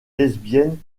lesbiennes